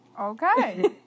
Okay